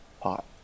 pot